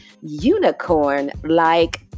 unicorn-like